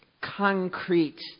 concrete